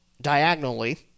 diagonally